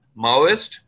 Maoist